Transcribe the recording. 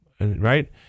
right